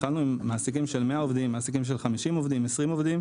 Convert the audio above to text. התחלנו עם מעסיקים של 20, 50 ו-100 עובדים.